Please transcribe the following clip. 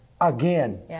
again